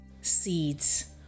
Seeds